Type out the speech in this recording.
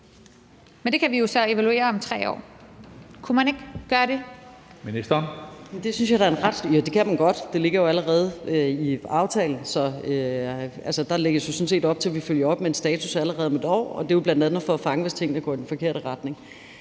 Social- og boligministeren (Pernille Rosenkrantz-Theil): Det kan man godt, det ligger jo allerede i aftalen. Der lægges jo sådan set op til, at vi følger op med en status allerede om 1 år, og det er jo bl.a. for at fange, hvis tingene går i den forkerte retning.